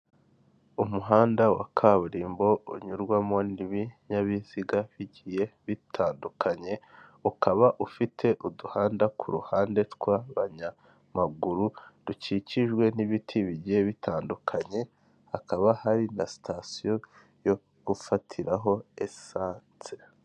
Umuhanda wa kaburimbo, unyurwamo n'ibinyabiziga bigiye bitandukanye, ukaba ufite uduhanda ku ruhande tw'abanyamaguru, dukikijwe n'ibiti bigiye bitandukanye, hakaba hari na sitasiyo yo gufatiraho esanse.